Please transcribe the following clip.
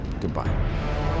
Goodbye